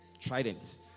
trident